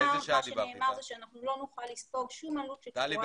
מה שנאמר זה שאנחנו לא נוכל לספוג שום עלות שקשורה למרכז --- טלי,